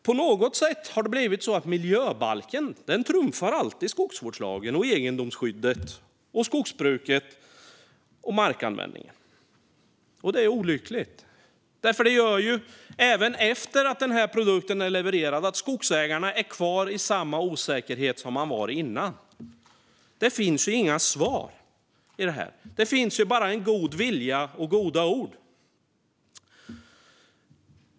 På något sätt har det blivit så att miljöbalken alltid trumfar skogsvårdslagen, egendomsskyddet, skogsbruket och markanvändningen. Det är olyckligt, för det gör att skogsägarna även efter att den här produkten är levererad blir kvar i samma osäkerhet som de var i tidigare. Det finns ju inga svar här, utan det finns bara en god vilja och goda ord.